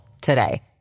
today